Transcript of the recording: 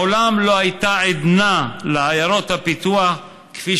מעולם לא הייתה עדנה לעיירות הפיתוח כפי